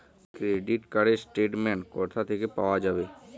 Credit card র statement কোথা থেকে পাওয়া যাবে?